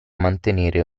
mantenere